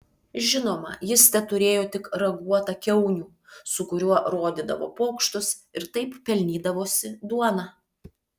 žinoma jis teturėjo tik raguotą kiaunių su kuriuo rodydavo pokštus ir taip pelnydavosi duoną